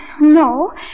No